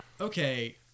okay